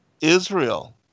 Israel